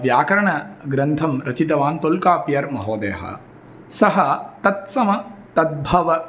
व्याकरणग्रन्थं रचितवान् तोल्कापियर् महोदयः सः तत्समः तद्भवः